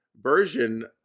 version